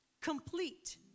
Complete